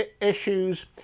issues